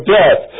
death